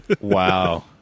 wow